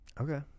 Okay